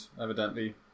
evidently